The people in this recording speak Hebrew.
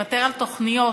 לוותר על תוכניות,